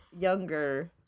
younger